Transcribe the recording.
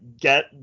get